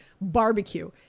barbecue